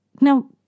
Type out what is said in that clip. Now